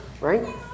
right